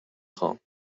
خوام